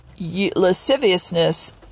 lasciviousness